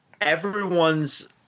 everyone's